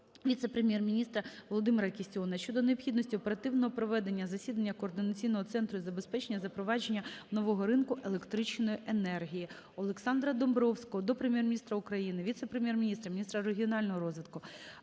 віце-прем'єр-міністра Володимира Кістіона щодо необхідності оперативного проведення засідання Координаційного центру із забезпечення запровадження нового ринку електричної енергії. Олександра Домбровського до Прем'єр-міністра, віце-прем’єр-міністра України - міністра регіонального розвитку,